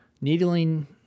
needling